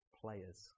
players